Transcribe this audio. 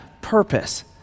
Purpose